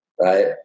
right